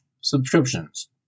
subscriptions